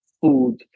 food